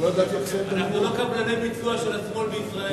אנחנו לא קבלני ביצוע של השמאל בישראל.